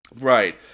right